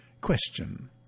Question